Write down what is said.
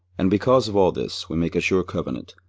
and because of all this we make a sure covenant,